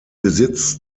besitz